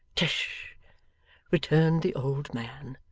tush returned the old man,